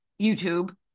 YouTube